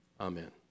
Amen